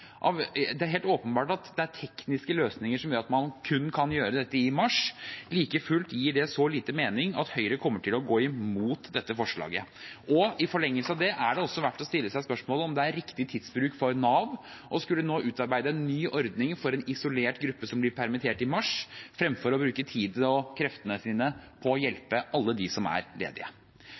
Det er helt åpenbart at det er tekniske løsninger som gjør at man kun kan gjøre dette i mars. Like fullt gir det så lite mening at Høyre kommer til å gå imot dette forslaget. I forlengelsen av det er også verdt å stille seg spørsmålet om det er riktig tidsbruk for Nav å skulle nå utarbeide en ny ordning for en isolert gruppe som blir permittert i mars, fremfor å bruke tiden og kreftene på å hjelpe alle dem som er ledige.